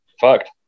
fucked